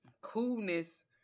coolness